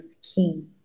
skin